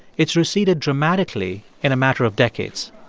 it's receded dramatically in a matter of decades.